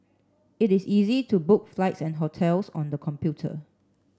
it is easy to book flights and hotels on the computer